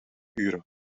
uren